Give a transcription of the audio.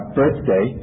birthday